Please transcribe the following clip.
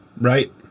Right